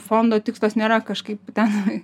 fondo tikslas nėra kažkaip ten